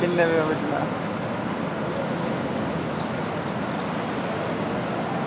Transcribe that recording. किन्ने बजे औना जनाब